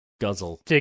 guzzle